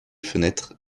fenêtres